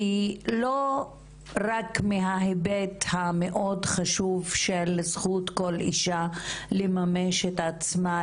כי זה לא רק מההיבט המאוד חשוב מהזכות של כל אישה לממש את עצמה,